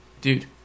dude